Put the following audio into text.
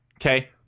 Okay